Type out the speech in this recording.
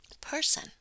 person